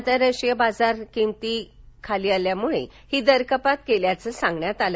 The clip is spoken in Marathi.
आंतरराष्ट्रीय बाजारात किंमती खाली आल्यामुळे ही दरकपात केल्याचं सांगण्यात आलं